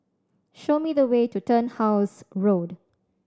show me the way to Turnhouse Road